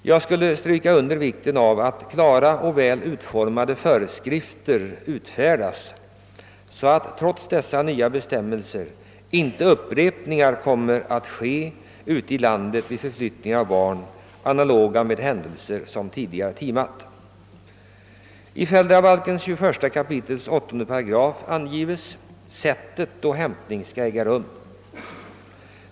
Jag skulle vilja understryka vikten av att klara och väl utformade föreskrifter utfärdas, så att trots dessa nya bestämmelser inte omständigheterna vid förflyttning av barn blir analoga med händelser som tidigare timat ute i landet. I 21 kap. 8 § föräldrabalken angives sättet då hämtning skall äga rum.